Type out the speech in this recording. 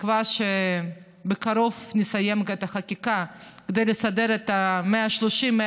בתקווה שבקרוב נסיים את החקיקה כדי לסדר את ה-130,000,